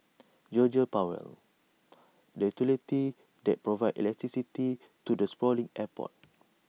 Georgia power the utility that provides electricity to the sprawling airport